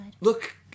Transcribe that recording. Look